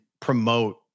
promote